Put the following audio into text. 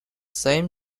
same